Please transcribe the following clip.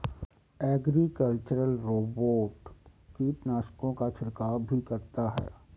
agricultural robot कीटनाशकों का छिड़काव भी करता है